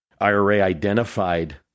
IRA-identified